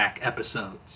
episodes